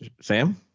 Sam